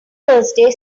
thursday